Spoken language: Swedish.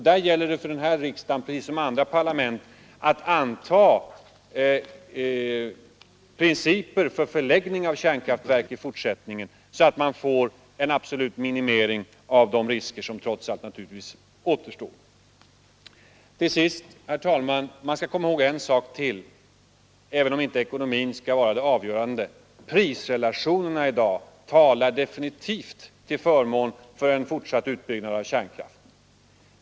Det gäller för den här riksdagen, precis som andra parlament, att anta principer för förläggning av kärnkraftverken i fortsättningen så att man får en absolut minimering av de risker som trots allt återstår. Till sist, herr talman, skall man komma ihåg ytterligare en sak, även om inte ekonomin skall vara det avgörande. Prisrelationerna i dag talar definitivt till förmån för en fortsatt utbyggnad av kärnkraften.